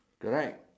correct